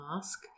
mask